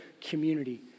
community